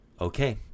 Okay